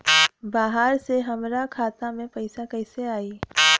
बाहर से हमरा खाता में पैसा कैसे आई?